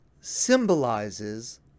symbolizes